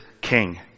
king